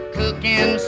cooking